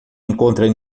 encontra